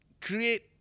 create